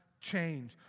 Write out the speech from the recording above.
Change